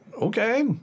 Okay